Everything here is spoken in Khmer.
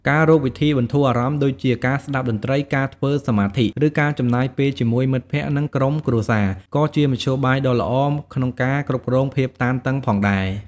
ការរកវិធីបន្ធូរអារម្មណ៍ដូចជា ការស្តាប់តន្ត្រី ការធ្វើសមាធិ ឬការចំណាយពេលជាមួយមិត្តភ័ក្តិ និងក្រុមគ្រួសារ ក៏ជាមធ្យោបាយដ៏ល្អក្នុងការគ្រប់គ្រងភាពតានតឹងផងដែរ។